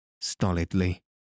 stolidly